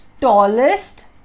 tallest